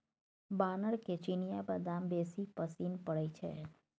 बानरके चिनियाबदाम बेसी पसिन पड़य छै